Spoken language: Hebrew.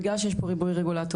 בגלל שיש פה ריבוי רגולטורים,